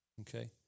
okay